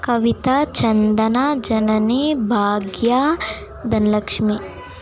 Kavita Chandana Janani Bhagya Dhanalakshmi